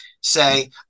say